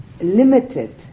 limited